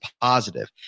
positive